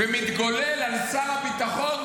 הוא היחיד שתפקד.